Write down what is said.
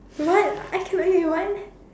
what I can't wait what you want